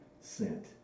sent